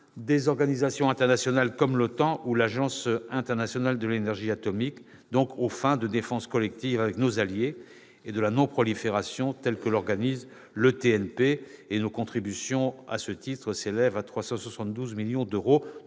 des organisations internationales, comme l'OTAN ou l'Agence internationale de l'énergie atomique, aux fins de défense collective avec nos alliés ou de non-prolifération, telle que l'organise le traité de non-prolifération, le TNP. Nos contributions à ce titre s'élèvent à 372 millions d'euros.